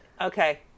Okay